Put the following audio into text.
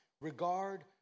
regard